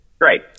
great